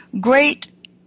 great